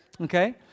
okay